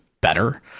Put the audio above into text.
better